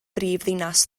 brifddinas